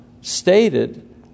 stated